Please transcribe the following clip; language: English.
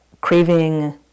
craving